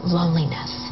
loneliness